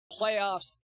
playoffs